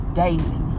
daily